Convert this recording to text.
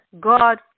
God